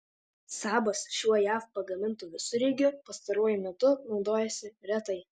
sabas šiuo jav pagamintu visureigiu pastaruoju metu naudojosi retai